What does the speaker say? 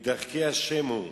מדרכי השם הוא,